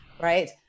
right